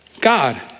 God